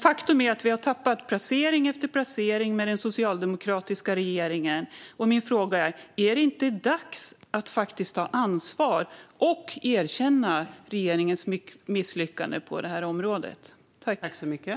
Faktum är dock att vi har tappat placering efter placering med den socialdemokratiska regeringen, och min fråga är: Är det inte dags att faktiskt ta ansvar och erkänna regeringens misslyckande på det här området?